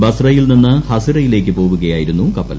ബസ്റയിൽ നിന്ന് ഹസിറയിലേക്ക് പോവുകയായിരുന്നു കപ്പൽ